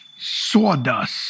sawdust